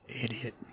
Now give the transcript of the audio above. Idiot